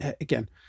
again